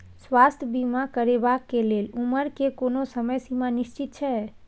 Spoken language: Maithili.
स्वास्थ्य बीमा करेवाक के लेल उमर के कोनो समय सीमा निश्चित छै?